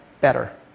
better